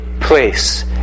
place